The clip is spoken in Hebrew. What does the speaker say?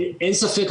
אין ספק,